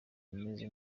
imeze